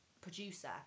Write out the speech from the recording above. producer